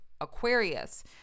Aquarius